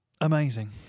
Amazing